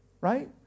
right